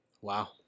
Wow